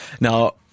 Now